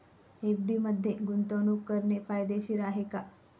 FD मध्ये गुंतवणूक करणे फायदेशीर आहे का?